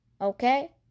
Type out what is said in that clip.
Okay